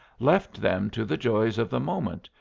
left them to the joys of the moment,